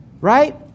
Right